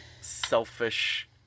selfish